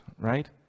right